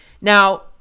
now